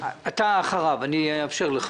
אתה אחריו, אני אאפשר לך.